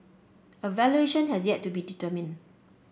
a valuation has yet to be determined